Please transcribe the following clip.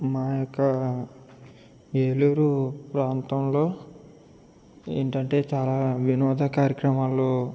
మా యొక్క ఏలూరు ప్రాంతంలో ఏంటంటే చాలా వినోద కార్యక్రమాలు